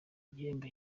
igihembo